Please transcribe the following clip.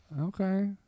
Okay